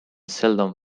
seldom